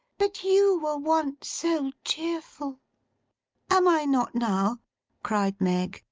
but you were once so cheerful am i not now cried meg,